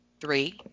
three